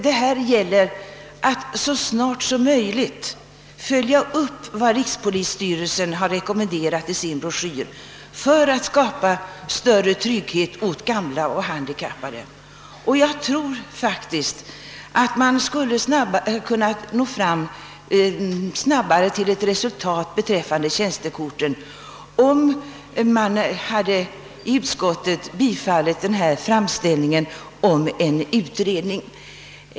Det gäller ju att så snart som möjligt följa upp vad rikspolisstyrelsen har rekommenderat i sin broschyr för att skapa större trygghet åt gamla och handikappade, och jag tror faktiskt att man snabbare skulle nå fram till ett resultat beträffande tjänstekorten om utskottet hade biträtt vår framställning om en utredning.